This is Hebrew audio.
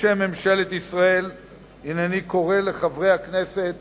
בשם ממשלת ישראל הנני קורא לחברי הכנסת